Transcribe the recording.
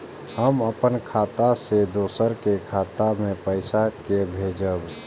हम अपन खाता से दोसर के खाता मे पैसा के भेजब?